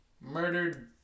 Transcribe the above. murdered